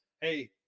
Hey